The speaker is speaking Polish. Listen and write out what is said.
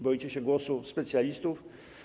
Boicie się głosu specjalistów?